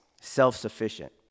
self-sufficient